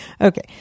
Okay